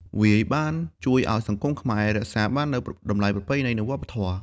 វាបានជួយឲ្យសង្គមខ្មែរ រក្សាបាននូវតម្លៃប្រពៃណី និងវប្បធម៌។